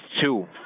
two